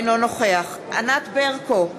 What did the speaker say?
אינו נוכח ענת ברקו,